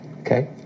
Okay